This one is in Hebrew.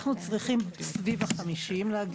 אנחנו צריכים להגיע לסביב ה-50.